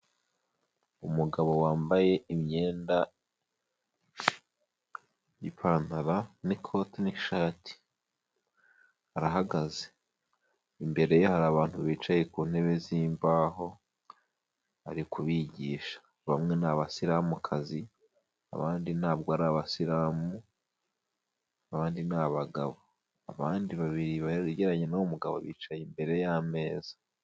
Umugabo wambaye imyenda n'ipantaro n'ikoti n'ishati arahagaze, imbere ye hari abantu bicaye ku ntebe z'imbaho ari kubigisha, bamwe ni abasiramukazi, abandi ntabwo ari abasiramu, abandi ni abagabo abandi babiri begeranye n'uwo mugabo bicaye imbere y'ameza.